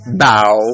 bow